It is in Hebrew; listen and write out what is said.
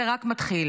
זה רק מתחיל,